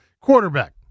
quarterback